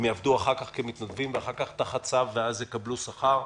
הם יעבדו אחר כך כמתנדבים ואז תחת צו ואז יקבלו שכר.